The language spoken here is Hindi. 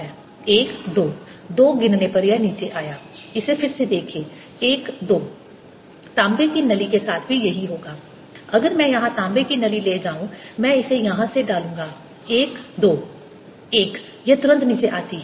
1 2 2 गिनने पर यह नीचे आया इसे फिर से देखें 1 2 तांबे की नली के साथ भी यही होगा अगर मैं यहां तांबे की नली ले जाऊं मैं इसे यहां से डालूंगा 1 2 1 यह तुरंत नीचे आती है